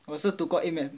我是读过 A maths